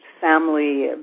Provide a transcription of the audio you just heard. family